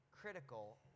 critical